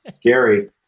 Gary